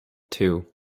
two